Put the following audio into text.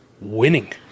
winning